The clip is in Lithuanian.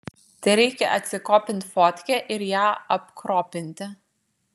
tereikia atsikopinti fotkę ir ją apkropinti